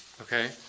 okay